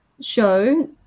show